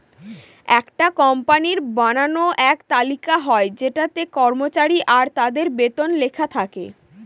একটা কোম্পানির বানানো এক তালিকা হয় যেটাতে কর্মচারী আর তাদের বেতন লেখা থাকে